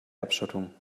abschottung